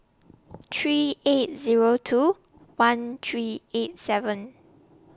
three eight Zero two one three eight seven